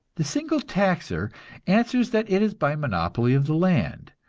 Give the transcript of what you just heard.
the single taxer answers that it is by monopoly of the land,